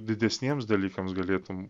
didesniems dalykams galėtum